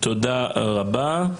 תודה רבה.